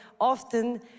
often